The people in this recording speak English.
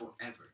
forever